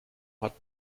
hat